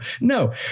no